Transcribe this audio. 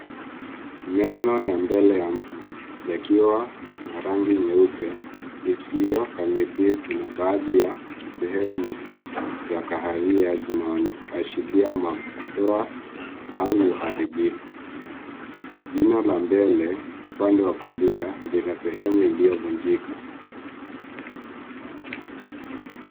Meno ya mbele ya mtu yakiwa na rangi nyeupe isiyokamilifu na baadhi ya sehemu za kahawia zinaashiria madoa au uharibifu. Jino la mbele upande wa kulia lina sehemu iliyovunjika.